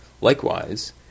Likewise